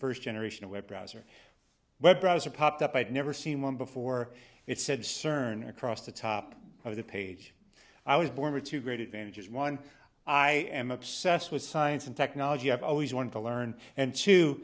first generation web browser web browser popped up i'd never seen one before it said cern across the top of the page i was born with two great advantages one i am obsessed with science and technology i've always wanted to learn and t